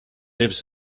lives